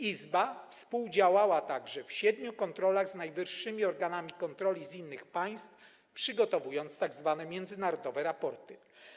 Izba współdziałała także w siedmiu kontrolach z najwyższymi organami kontroli z innych państw, przygotowując tzw. międzynarodowe raporty.